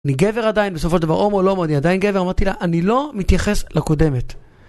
אני גבר עדיין בסופו של דבר, הומו, הומו, אני עדיין גבר, אמרתי לה, אני לא מתייחס לקודמת.